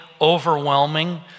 overwhelming